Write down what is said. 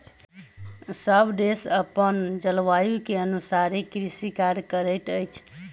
सभ देश अपन जलवायु के अनुसारे कृषि कार्य करैत अछि